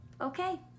okay